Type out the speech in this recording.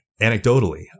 anecdotally